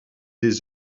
des